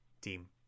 team